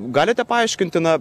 galite paaiškinti na